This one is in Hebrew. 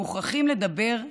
מוכרחים לדבר,